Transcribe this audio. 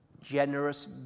generous